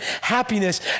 happiness